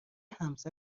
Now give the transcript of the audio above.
همسر